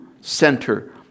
center